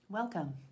Welcome